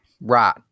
Right